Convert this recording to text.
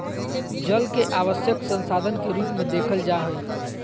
जल के आवश्यक संसाधन के रूप में देखल जा हइ